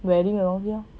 wedding 的东西 lor